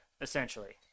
essentially